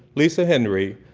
lisa henry,